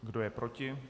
Kdo je proti?